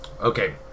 Okay